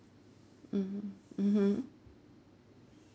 mmhmm mmhmm